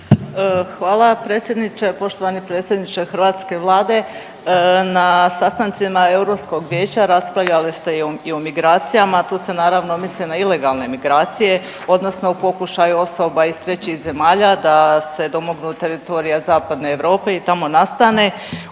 Poštovani predsjedniče hrvatske Vlade, na sastancima Europskog vijeća raspravljali ste i o migracijama, a tu se naravno misli na ilegalne migracije odnosno u pokušaju osoba iz trećih zemalja da se domognu teritorija Zapadne Europe i tamo nastane,